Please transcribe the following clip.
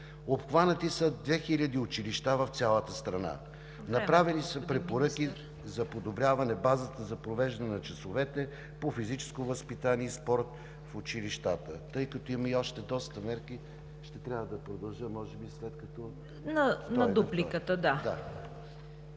Обхванати са 2000 училища в цялата страна. Направени са препоръки за подобряване базата за провеждане на часовете по физическо възпитание и спорт в училищата. Има и още доста мерки, ще трябва да продължа може би след малко.